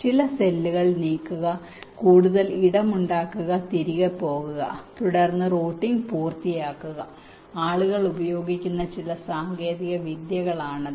ചില സെല്ലുകൾ നീക്കുക കൂടുതൽ ഇടം ഉണ്ടാക്കുക തിരികെ പോകുക തുടർന്ന് റൂട്ടിംഗ് പൂർത്തിയാക്കുക ആളുകൾ ഉപയോഗിക്കുന്ന ചില സാങ്കേതിക വിദ്യകളാണത്